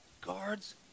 Guards